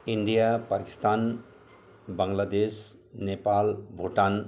India Pakistan Bangladesh Nepal Bhutan